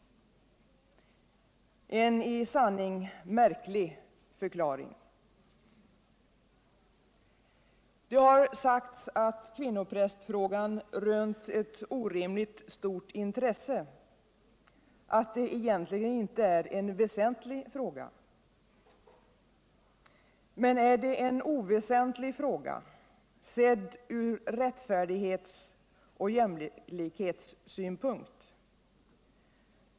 En i sanning märklig förklaring. Det har sagts att kvinnoprästfrågan rönt ett orimligt stort intresse, att det egentligen inte är en väsentlig fråga. Men är det en oväsentlig fråga, sedd ur rättfärdighets och jämlikhetssynpunkt?